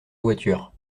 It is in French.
voiture